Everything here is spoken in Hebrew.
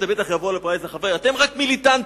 בטח יבוא לפה איזה חבר: אתם רק מיליטנטים.